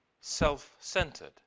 self-centered